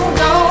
no